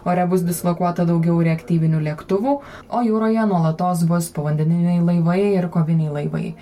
ore bus dislokuota daugiau reaktyvinių lėktuvų o jūroje nuolatos bus povandeniniai laivai ir koviniai laivai